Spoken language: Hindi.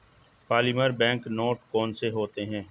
पॉलीमर बैंक नोट कौन से होते हैं